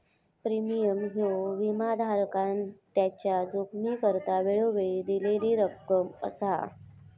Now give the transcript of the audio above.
premium ह्यो विमाधारकान त्याच्या जोखमीकरता वेळोवेळी दिलेली रक्कम असा